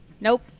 Nope